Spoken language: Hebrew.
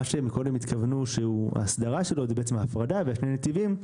מקודם התכוונו לכך שההסדרה שלו היא בעצם ההפרדה ושני הנתיבים.